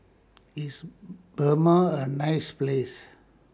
IS Burma A nice Place